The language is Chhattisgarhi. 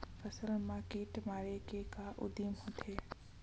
फसल मा कीट मारे के का उदिम होथे?